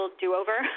do-over